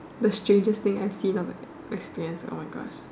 the strangest thing I have seen or experience oh my gosh